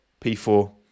P4